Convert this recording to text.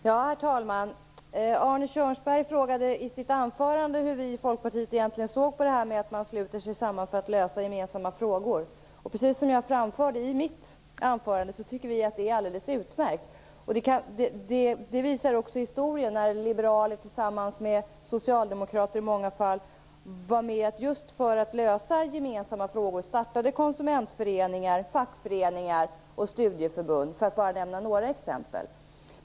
Herr talman! Arne Kjörnsberg frågade i sitt anförande hur vi i Folkpartiet egentligen såg på det förhållandet att man sluter sig samman för att reda ut gemensamma frågor. Precis som jag framförde i mitt anförande tycker vi att det är alldeles utmärkt. Det visar också historien. I många fall har liberaler tillsammans med socialdemokrater, just för att lösa gemensamma problem, startat konsumentföreningar, fackföreningar och studieförbund, för att bara nämna några exempel.